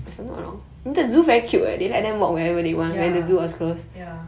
ya ya